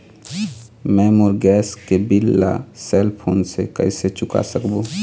मैं मोर गैस के बिल ला सेल फोन से कइसे चुका सकबो?